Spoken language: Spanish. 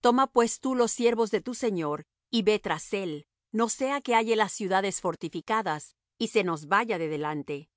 toma pues tú los siervos de tu señor y ve tras él no sea que halle las ciudades fortificadas y se nos vaya de delante